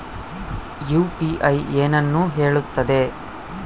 UPI ಏನನ್ನು ಹೇಳುತ್ತದೆ?